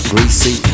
Greasy